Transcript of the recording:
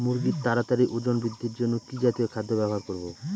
মুরগীর তাড়াতাড়ি ওজন বৃদ্ধির জন্য কি জাতীয় খাদ্য ব্যবহার করব?